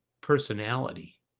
personality